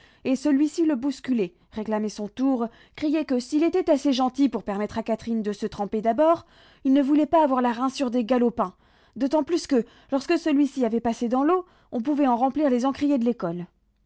et celui-ci le bousculait réclamait son tour criait que s'il était assez gentil pour permettre à catherine de se tremper d'abord il ne voulait pas avoir la rinçure des galopins d'autant plus que lorsque celui-ci avait passé dans l'eau on pouvait en remplir les encriers de l'école